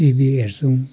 TV हेर्छौँ